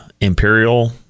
Imperial